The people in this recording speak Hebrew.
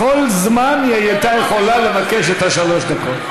בכל זמן היא הייתה יכולה לבקש את שלוש הדקות.